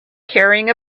carrying